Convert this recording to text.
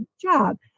job